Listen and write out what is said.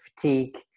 fatigue